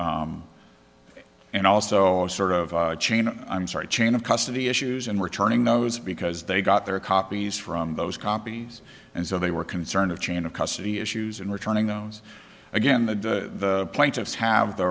and and also a sort of chain i'm sorry chain of custody issues and returning those because they got their copies from those copies and so they were concerned of chain of custody issues and returning those again the plaintiffs have the